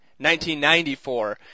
1994